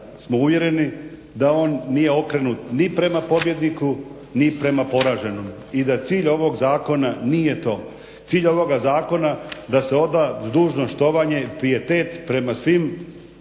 smo uvjereni da on nije okrenut ni prema pobjedniku ni prema poraženom. I da cilj ovog zakona nije to. Cilj ovoga zakona je da se oda dužno štovanje i pijetet prema svim